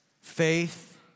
Faith